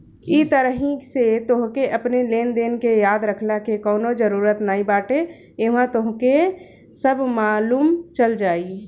इ तरही से तोहके अपनी लेनदेन के याद रखला के कवनो जरुरत नाइ बाटे इहवा तोहके सब मालुम चल जाई